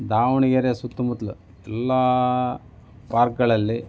ದಾವಣಗೆರೆ ಸುತ್ತಮುತ್ತಲೂ ಎಲ್ಲ ಪಾರ್ಕ್ಗಳಲ್ಲಿ